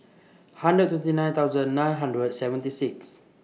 hundred twenty nine thousand nine hundred seventy six